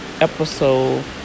episode